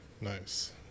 Nice